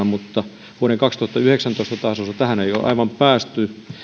mutta vuoden kaksituhattayhdeksäntoista tasossa tähän ei ole aivan päästy